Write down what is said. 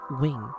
wing